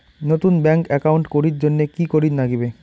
নতুন bank account করির জন্যে কি করিব নাগিবে?